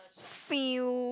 feel